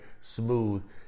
smooth